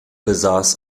besaß